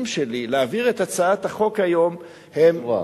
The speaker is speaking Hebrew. שלי להעביר את הצעת החוק היום גבוהים.